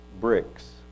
bricks